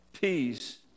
peace